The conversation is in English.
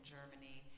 Germany